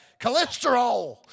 cholesterol